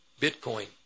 Bitcoin